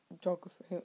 geography